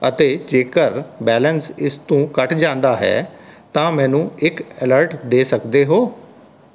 ਅਤੇ ਜੇਕਰ ਬੈਲੈਂਸ ਇਸ ਤੋਂ ਘੱਟ ਜਾਂਦਾ ਹੈ ਤਾਂ ਮੈਨੂੰ ਇੱਕ ਅਲਰਟ ਦੇ ਸਕਦੇ ਹੋ